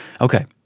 Okay